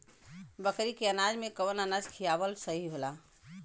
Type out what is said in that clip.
बकरी के अनाज में कवन अनाज खियावल सही होला?